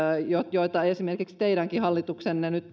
joita esimerkiksi teidänkin hallituksenne nyt